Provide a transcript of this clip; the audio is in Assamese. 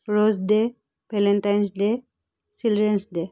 rose day valentine's day children's day